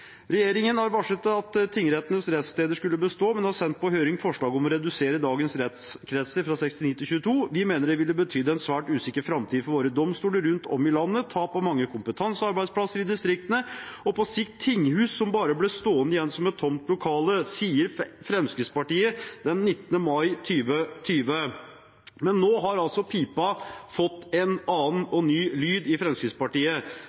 Regjeringen har varslet at tingrettenes rettssteder skulle bestå, men har sendt på høring forslag om å redusere dagens rettskretser fra 69 til 22. Vi mener det ville betydd en svært usikker framtid for våre domstoler rundt om i landet, tap av mange kompetansearbeidsplasser i distriktene, og på sikt tinghus som bare ble stående igjen som et tomt lokale.» Det sier Fremskrittspartiet den 19. mai 2020, men nå har altså pipen fått en annen og ny lyd. Fremskrittspartiet